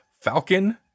Falcon